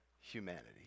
humanity